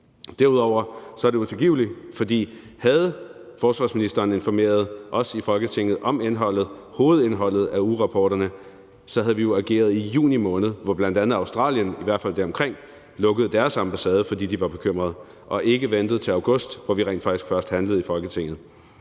det andet er det utilgiveligt, fordi forsvarsministeren ikke informerede os i Folketinget om hovedindholdet af ugerapporterne, for hvis hun havde gjort det, havde vi jo reageret i juni måned, i hvert fald deromkring, hvor bl.a. Australien lukkede deres ambassade, fordi de var bekymrede, og ikke ventede til august, hvor vi rent faktisk først handlede i Folketinget.